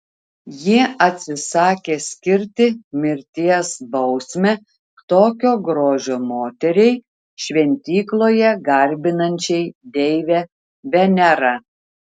jie atsisakė skirti mirties bausmę tokio grožio moteriai šventykloje garbinančiai deivę venerą